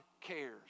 cares